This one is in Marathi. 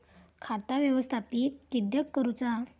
खाता व्यवस्थापित किद्यक करुचा?